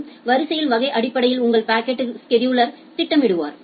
உங்கள் அடுத்த ஹாப் மற்றும் வரிசையின் வகை அடிப்படையில் உங்கள் பாக்கெட் ஸெடுலா் திட்டமிடுவார்